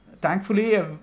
Thankfully